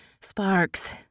Sparks